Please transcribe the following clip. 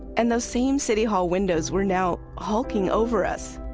and the same city hall windows were now hulking over us,